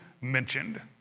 mentioned